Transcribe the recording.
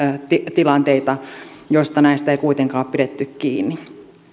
tilanteita joissa näistä ei kuitenkaan ole pidetty kiinni